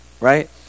right